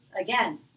again